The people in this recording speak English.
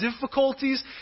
difficulties